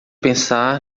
pensar